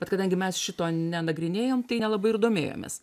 bet kadangi mes šito nenagrinėjom tai nelabai ir domėjomės